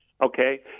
Okay